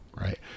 right